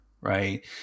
right